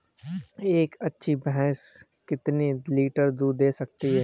एक अच्छी भैंस कितनी लीटर दूध दे सकती है?